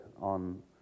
on